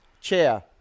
Chair